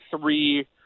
three